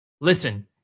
Listen